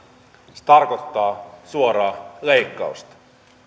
se tarkoittaa suoraa leikkausta